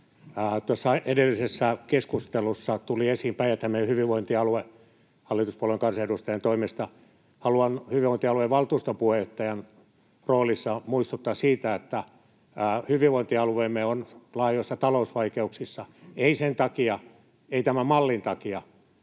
puhemies! Edellisessä keskustelussa tuli esiin Päijät-Hämeen hyvinvointialue hallituspuolueen kansanedustajan toimesta. Haluan hyvinvointialueen valtuuston puheenjohtajan roolissa muistuttaa siitä, että hyvinvointialueemme on laajoissa talousvaikeuksissa, ei tämän mallin takia